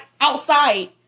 Outside